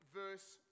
verse